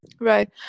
Right